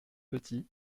petit